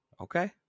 Okay